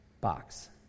box